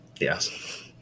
Yes